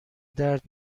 درد